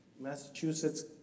Massachusetts